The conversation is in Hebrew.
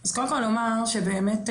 אז כפי שדובר גם עלינו,